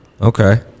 Okay